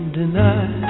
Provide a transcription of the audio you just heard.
deny